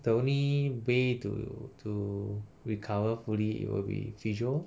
the only way to to recover fully it will be physiotherapy lor